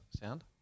sound